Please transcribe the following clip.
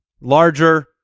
larger